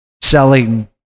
Selling